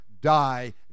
die